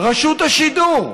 רשות השידור.